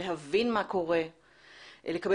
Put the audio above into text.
להבין מה קורה ולקבל